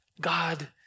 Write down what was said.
God